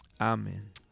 Amen